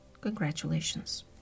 Congratulations